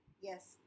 Yes